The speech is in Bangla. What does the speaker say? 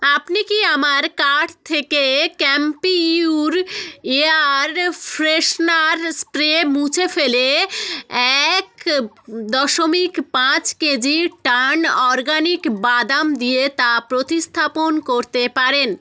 আপনি কি আমার কার্ট থেকে ক্যাম্পিউর এয়ার ফ্রেশ্নার স্প্রে মুছে ফেলে এক দশমিক পাঁচ কেজি টার্ন অরগানিক বাদাম দিয়ে তা প্রতিস্থাপন করতে পারেন